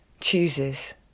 chooses